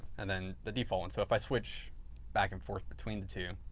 and then the default one. so, if i switch back and forth between the two,